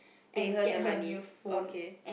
pay her the money okay